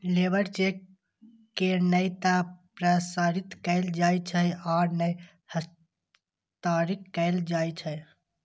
labour cheque के नै ते प्रसारित कैल जाइ छै आ नै हस्तांतरित कैल जाइ छै